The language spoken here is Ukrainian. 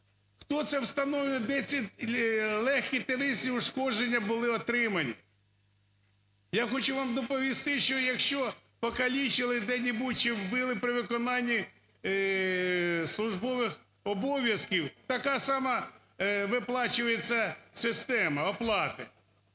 Хто це встановлює, де ці легкі тілесні ушкодження були отримані? Я хочу вам доповісти, що, якщо покалічились де-небудь чи вбили при виконанні службових обов'язків, така сама виплачується система оплати